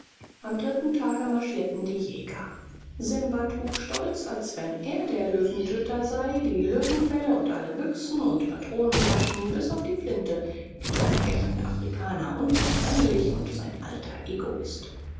am dritten tage marschierten die jäger simba trug stolz als wenn er der löwentöter sei die löwenfelle und alle büchsen und patronentaschen bis auf die flinte die vom echten afrikaner unzertrennlich und sein alterego ist